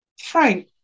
Frank